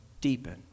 deepen